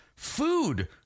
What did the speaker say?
food